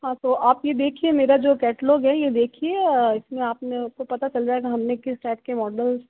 हाँ तो आप आप ये देखिये मेरा जो कैटलॉग है ये देखिये इसमें आपने आपको पता चल जायेगा हमने किस टाइप के मॉडल